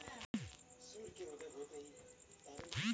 का तू हमर सिम के रिचार्ज कर देबा